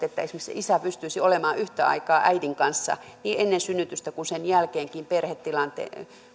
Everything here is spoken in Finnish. että esimerkiksi isä pystyisi olemaan yhtä aikaa äidin kanssa niin ennen synnytystä kuin sen jälkeenkin perhetilanne